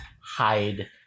hide